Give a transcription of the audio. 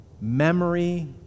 memory